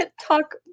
talk